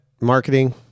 Marketing